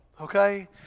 Okay